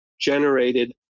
generated